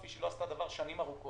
כפי שהיא לא עשתה דבר במשך שנים ארוכות.